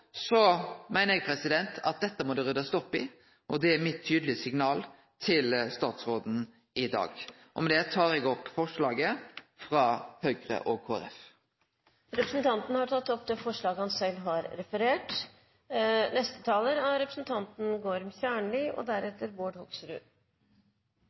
meiner eg at dette må det ryddast opp i. Det er mitt tydelige signal til statsråden i dag. Med dette tek eg opp forslaget frå Høgre og Kristeleg Folkeparti. Representanten Knut Arild Hareide har tatt opp det forslaget han refererte til. Hver vinter overskrides grenseverdiene for svevestøv og